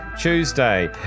Tuesday